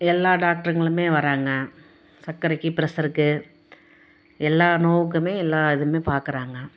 எல்லா டாக்டருங்களுமே வராங்க சக்கரைக்கு ப்ரசருக்கு எல்லா நோவுக்குமே எல்லா இதுவுமே பார்க்கறாங்க